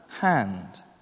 hand